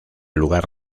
lugar